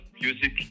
music